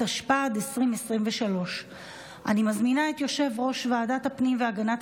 התשפ"ד 2023. אני מזמינה את יושב-ראש ועדת הפנים והגנת